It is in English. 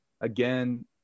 again